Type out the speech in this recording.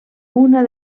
una